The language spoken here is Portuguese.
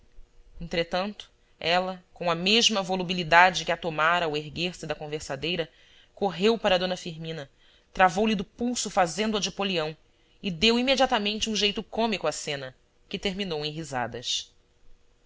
entretanto ela com a mesma volubilidade que a tomara ao erguer-se da conversadeira correu para d firmina travou-lhe do pulso fazendo-a de polião e deu imediatamente um jeito cômico à cena que terminou em risadas